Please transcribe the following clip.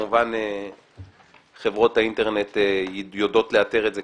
שכמובן חברות האינטרנט יודעות לאתר את זה,